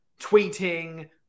tweeting